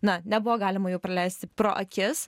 na nebuvo galima jų praleisti pro akis